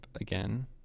again